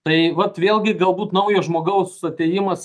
tai vat vėlgi galbūt naujo žmogaus atėjimas